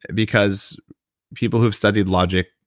because people who have studied logic,